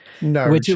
no